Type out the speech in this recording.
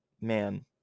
Man